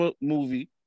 movie